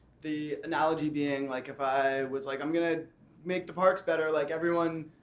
the analogy being, like, if i was like, i'm going to make the parks better. like everyone,